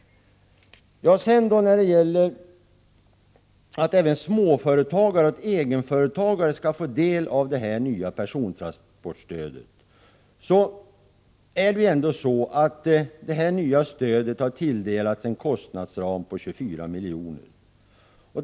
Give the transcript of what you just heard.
När det sedan gäller frågan om att även småföretagare och egenföretagare skall få del av det nya persontransportstödet, vill jag påminna om att stödet har tilldelats en kostnadsram på 24 milj.kr.